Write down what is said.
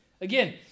Again